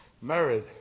married